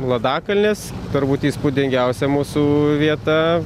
ladakalnis turbūt įspūdingiausia mūsų vieta